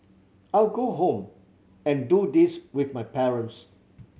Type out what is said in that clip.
I'll go home and do this with my parents